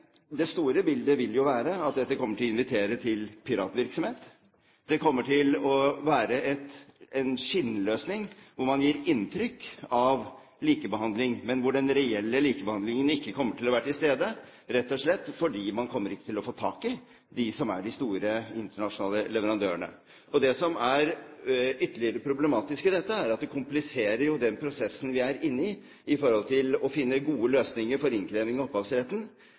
det store bildet vil jo være at dette kommer til å invitere til piratvirksomhet. Det kommer til å være en skinnløsning, hvor man gir inntrykk av likebehandling, men hvor den reelle likebehandlingen ikke kommer til å være til stede, rett og slett fordi man ikke kommer til å få tak i de store internasjonale leverandørene. Det som er ytterligere problematisk i dette, er at det kompliserer den prosessen vi er inne i for å finne gode løsninger for innkreving av opphavsretten.